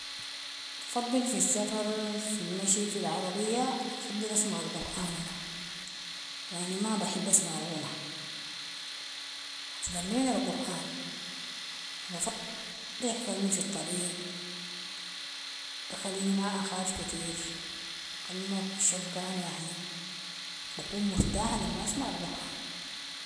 بفضل في السفر، في المشي، في العربية، بفضل أسمع القرآن أنا، يعني ما بحب أسمع الغنى، أفضل لينا القرآن، و بفض يحفظني في الطريق، بيخليني ما أخاف كتير، بخليني ما أكون شفقانة يعني، بكون مرتاحة لما أسمع القرآن.